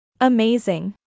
Amazing